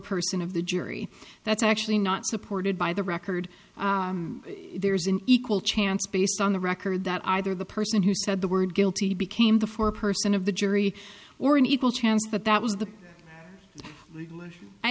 person of the jury that's actually not supported by the record there's an equal chance based on the record that either the person who said the word guilty became the four person of the jury or an equal chance that that was the i